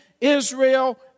Israel